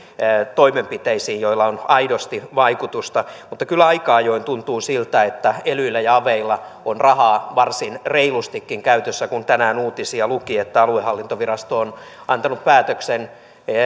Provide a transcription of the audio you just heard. toimenpiteisiin joilla on aidosti vaikutusta mutta kyllä aika ajoin tuntuu siltä elyillä ja aveilla on rahaa varsin reilustikin käytössä kun tänään uutisissa luki että aluehallintovirasto on antanut päätöksen